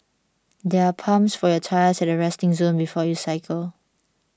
there are pumps for your tyres at the resting zone before you cycle